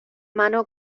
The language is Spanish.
mano